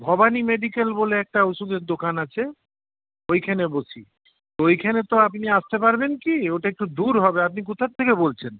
Bhabani medical বলে একটা ওষুধের দোকান আছে ওইখানে বসি ওইখানে তো আপনি আসতে পারবেন কি ওটা একটু দূর হবে আপনি কোথা থেকে বলছেন